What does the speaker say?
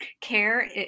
care